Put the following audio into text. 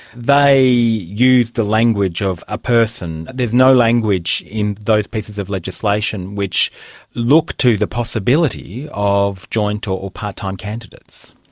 they used the language of a person, there is no language in those pieces of legislation which look to the possibility of joint or part-time candidates.